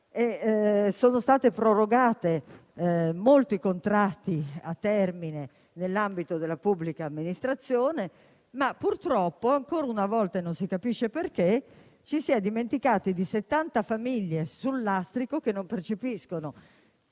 Sono stati prorogati molti contratti a termine nell'ambito della pubblica amministrazione, ma purtroppo, ancora una volta, non si capisce perché ci si è dimenticati di 70 famiglie sul lastrico, che non percepiscono